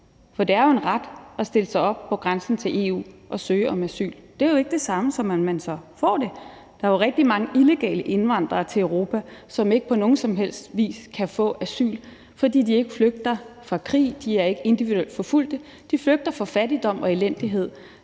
For det er jo en ret at stille sig op på grænsen til EU og søge om asyl. Det er jo ikke det samme som, at man så får det. Der er jo rigtig mange illegale indvandrere til Europa, som ikke på nogen som helst vis kan få asyl, fordi de ikke flygter fra krig og de ikke er individuelt forfulgte. De flygter fra fattigdom og elendighed.